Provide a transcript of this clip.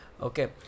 okay